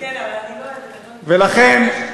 ולכן,